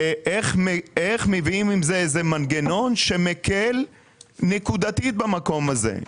איך מביאים מנגנון שמקל נקודתית במקום הזה.